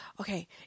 okay